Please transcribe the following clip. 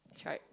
tribe